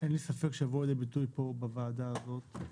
אין לי ספק שיבוא לידי ביטוי פה בוועדה הזאת.